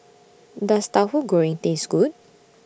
Does Tahu Goreng Taste Good